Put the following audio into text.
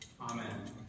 Amen